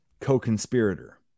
co-conspirator